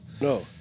no